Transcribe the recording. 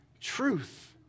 truth